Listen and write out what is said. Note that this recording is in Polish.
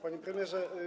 Panie Premierze!